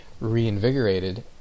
reinvigorated